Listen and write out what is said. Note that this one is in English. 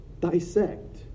dissect